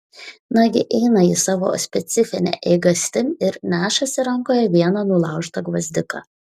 nagi eina jis savo specifine eigastim ir nešasi rankoje vieną nulaužtą gvazdiką